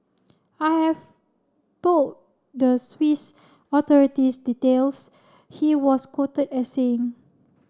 I have told the Swiss authorities details he was quoted as saying